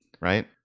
right